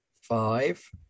Five